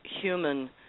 human